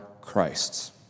Christ's